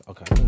Okay